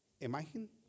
Imagen